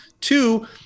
two